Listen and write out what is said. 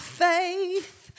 faith